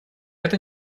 это